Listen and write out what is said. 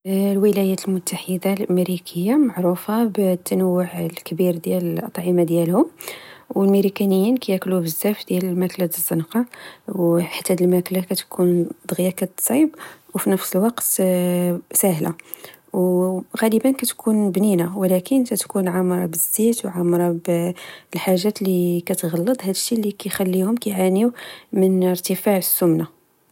الولايات المتحدة الأميركية معروفة بالتنوع لكبير ديال الأطعمة ديالهم، والميركانيين كياكلو بزاف ديال الماكلة الزنقة. حيت هاد الماكلة كتكون دغية كاتصايب وفنفس الوقت ساهلة، وغالبًا كتكون بنينة، ولكين كتكون عاوزة بالزيت ، وعامرة بالحجات لكتغلض، هدشي لكخليهم كعانيو من إرتفاع السمنة